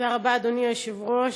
תודה רבה, אדוני היושב-ראש.